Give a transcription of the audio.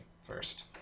first